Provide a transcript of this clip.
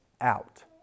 out